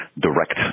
direct